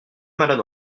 malade